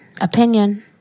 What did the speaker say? opinion